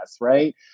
Right